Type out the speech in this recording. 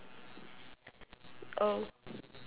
oh